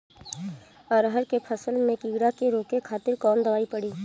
अरहर के फसल में कीड़ा के रोके खातिर कौन दवाई पड़ी?